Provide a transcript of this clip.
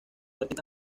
artista